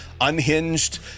unhinged